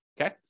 Okay